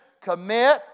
Commit